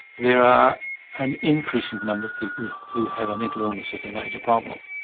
there are an increasing number of people who have a mental illness as their major problem.